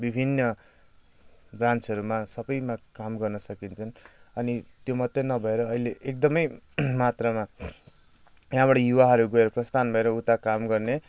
विभिन्न ब्रान्चहरूमा सबैमा काम गर्न सकिन्छन् अनि त्यो मात्रै नभएर अहिले एकदमै मात्रामा यहाँबाट युवाहरू गएर प्रस्थान भएर उता काम गर्ने